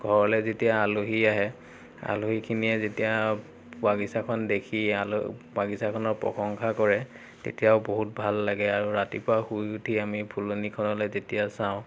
ঘৰলৈ যেতিয়া আলহী আহে আলহীখিনিয়ে যেতিয়া বাগিছাখন দেখি আল বাগিছাখনৰ প্ৰশংসা কৰে তেতিয়াও বহুত ভাল লাগে আৰু ৰাতিপুৱা শুই উঠি আমি ফুলনিখনলৈ যেতিয়া চাওঁ